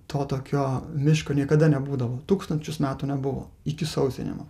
to tokio miško niekada nebūdavo tūkstančius metų nebuvo iki sausinimo